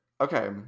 Okay